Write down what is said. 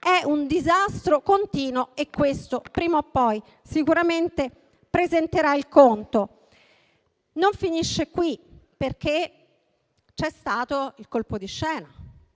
È un disastro continuo e questo prima o poi sicuramente presenterà il conto. Non finisce qui, perché c'è stato il colpo di scena